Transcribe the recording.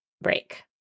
break